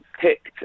picked